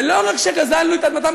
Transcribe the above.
ולא רק שגזלנו את אדמתם,